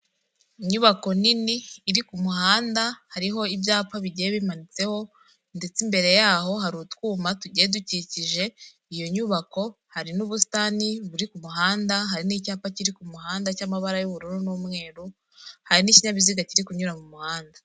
Inyubako nini iri ku muhanda hariho ibyapa bigiye bimanitseho ndetse imbere yaho hari utwuma tugiye dukikije iyo nyubako, hari n'ubusitani buri ku muhanda, hari n'icyapa kiri ku muhanda cy'amabara y'ubururu n'umweru. Hari n'ikinyabiziga kiri kunyura mu muhanda.